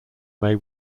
may